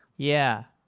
yeah.